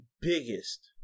biggest